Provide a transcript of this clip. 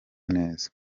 neza